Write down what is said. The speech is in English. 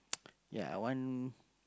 ya I want